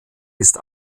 ist